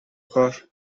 کار